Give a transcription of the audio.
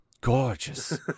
Gorgeous